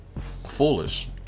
foolish